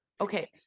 okay